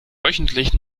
wöchentlich